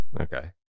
Okay